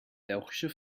belgische